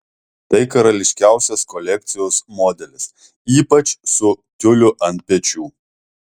tai karališkiausias kolekcijos modelis ypač su tiuliu ant pečių